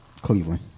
Cleveland